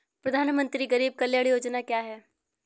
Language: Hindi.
प्रधानमंत्री गरीब कल्याण योजना क्या है?